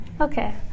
Okay